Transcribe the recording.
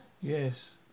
Yes